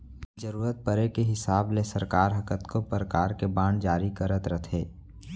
जरूरत परे के हिसाब ले सरकार ह कतको परकार के बांड जारी करत रथे